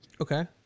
Okay